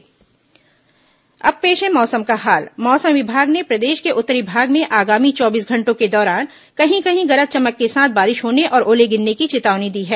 मौसम और अब पेश है मौसम का हाल मौसम विभाग ने प्रदेश के उत्तरी भाग में आगामी चौबीस घंटों के दौरान कहीं कहीं गरज चमक के साथ बारिश होने और ओले गिरने की चेतावनी दी है